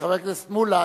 חבר הכנסת מולה,